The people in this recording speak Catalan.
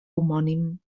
homònim